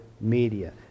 media